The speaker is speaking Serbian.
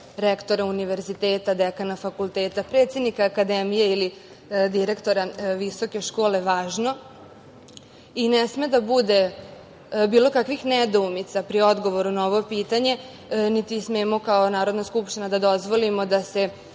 rektora univerziteta, dekana fakulteta, predsednika akademije, ili direktora visoke škole, je važno, i ne sme da bude bilo kakvih nedoumica pri odgovoru na ovo pitanje, niti smemo kao Narodna skupština da dozvolimo da se